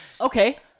Okay